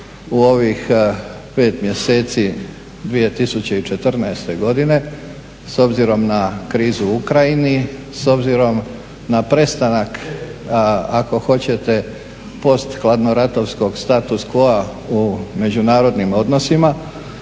u ovih 5 mjeseci 2014. godine s obzirom na krizu u Ukrajini, s obzirom na prestanak, ako hoćete, posthladnoratovskog status … u međunarodnim odnosima,